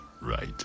Right